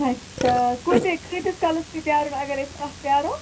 اَچھا کوٗتاہ کۭتِس کالَس پیٚیہِ پرٛارُن اگر أسۍ تَتھ پرٛارو